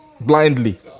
blindly